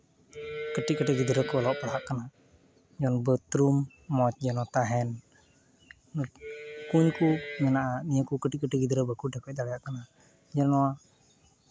ᱠᱟᱹᱴᱤᱡ ᱠᱟᱹᱴᱤᱡ ᱜᱤᱫᱽᱨᱟᱹ ᱠᱚ ᱚᱞᱚᱜ ᱯᱟᱲᱦᱟᱜ ᱠᱟᱱᱟ ᱡᱮᱢᱚᱱ ᱵᱟᱛᱷᱨᱩᱢ ᱢᱚᱡᱽ ᱡᱮᱱᱚ ᱛᱟᱦᱮᱱ ᱠᱩᱧ ᱠᱚ ᱢᱮᱱᱟᱜᱼᱟ ᱱᱤᱭᱟᱹ ᱠᱚ ᱠᱟᱹᱴᱤᱡ ᱠᱟᱹᱴᱤᱡ ᱜᱤᱫᱽᱨᱟᱹ ᱵᱟᱠᱚ ᱰᱷᱮᱠᱚᱡ ᱫᱟᱲᱮᱭᱟᱜ ᱠᱟᱱᱟ ᱡᱮ ᱱᱚᱣᱟ